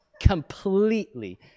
completely